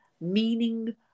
meaning